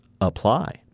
apply